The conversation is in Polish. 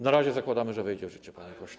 Na razie zakładamy, że wejdzie w życie, panie pośle.